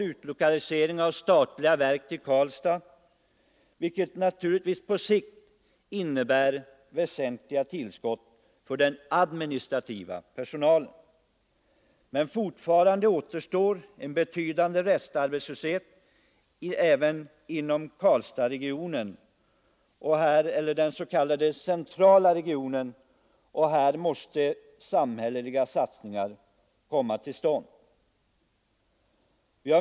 Utlokaliseringen av statliga verk är ett välkommet tillskott av framför allt administrativ personal. Men fortfarande återstår en betydande restarbetslöshet även inom Karlstadsregionen, och även samhälleliga åtgärder måste komma till stånd.